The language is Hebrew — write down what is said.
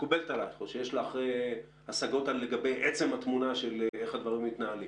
מקובלת עליך או שיש לך השגות לגבי עצם התמונה של איך הדברים מתנהלים?